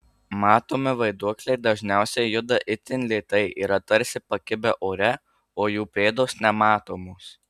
matomi vaiduokliai dažniausiai juda itin lėtai yra tarsi pakibę ore o jų pėdos nematomos